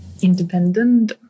independent